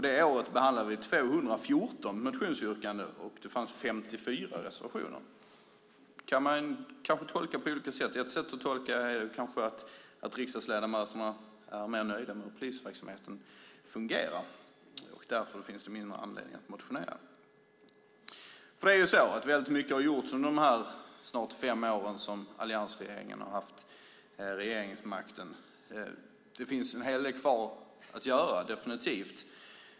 Det året behandlade vi 214 motionsyrkanden, och det fanns 54 reservationer. Det kan man tolka på olika sätt. Ett sätt är att tolka det som att riksdagsledamöterna nu är mer nöjda med hur polisverksamheten fungerar och att det därför finns mindre anledning att motionera. Mycket har gjorts under de snart fem år som alliansregeringen har haft regeringsmakten. Det finns definitivt en hel del kvar att göra.